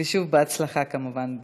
ושוב, בהצלחה, כמובן.